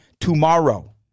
tomorrow